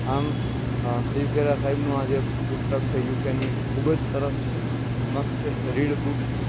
આમ શિવ ખેરા સાહેબનું આ જે પુસ્તક છે યુ કેન વિન ખૂબ જ સરસ છે મસ્ટ રીડ બુક છે